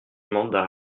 mandat